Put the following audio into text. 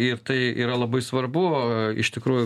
ir tai yra labai svarbu iš tikrųjų